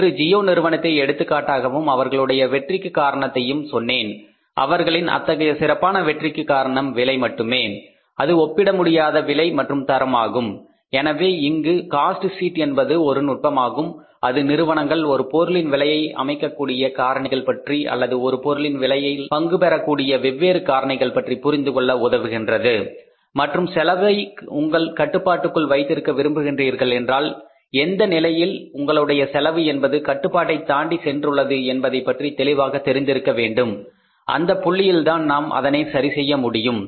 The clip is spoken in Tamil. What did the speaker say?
நேற்று ஜியோ நிறுவனத்தை எடுத்துக்காட்டாகவும் அவர்களுடைய வெற்றிக்கு காரணத்தையும் சொன்னேன் அவர்களின் அத்தகைய சிறப்பான வெற்றிக்கு காரணம் விலை மட்டுமே அது ஒப்பிட முடியாத விலை மற்றும் தரம் ஆகும் எனவே இங்கு காஸ்ட் ஷீட் என்பது ஒரு நுட்பமாகும் அது நிறுவனங்கள் ஒரு பொருளின் விலையை அமைக்கக்கூடிய காரணிகள் பற்றி அல்லது ஒரு பொருளின் விலையில் பங்கு பெறக்கூடிய வெவ்வேறு காரணிகள் பற்றி புரிந்துகொள்ள உதவுகின்றது மற்றும் செலவை உங்கள் கட்டுப்பாட்டுக்குள் வைத்திருக்க விரும்புகிறீர்கள் என்றால் எந்த நிலையில் உங்களுடைய செலவு என்பது கட்டுப்பாட்டைத் தாண்டி சென்றுள்ளது என்பதைப் பற்றி தெளிவாக தெரிந்திருக்க வேண்டும் அந்தப் புள்ளியில்தான் நாம் அதனை சரிசெய்ய முடியும்